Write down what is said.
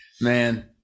man